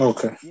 Okay